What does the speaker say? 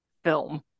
film